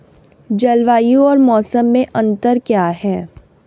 जलवायु और मौसम में अंतर क्या है?